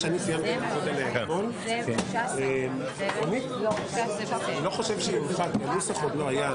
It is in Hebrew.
מצביעים על בקשת פטור לקריאה ראשונה של יושב-ראש ועדת החוקה בהצעת חוק